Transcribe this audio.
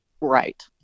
Right